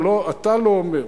אתה לא אומר.